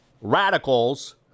radicals